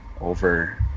over